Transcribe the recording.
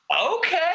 okay